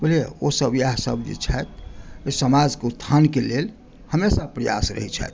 बुझलियै ओ सभ इएह सभ जे छथि ओहि समाजकेँ उत्थानके लेल हमेशा प्रयास रहै छथि